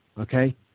okay